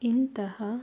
ಇಂತಹ